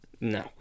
no